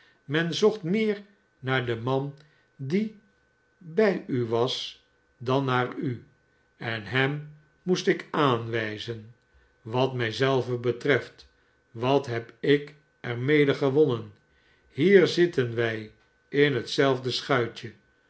men zocht meer naar den man die bij u was dan naar u en hem moest ik aanwijzen wat mij zelven betreft wat heb ik er mede gewonnenf hier zitten wij in hetzelfde schuitje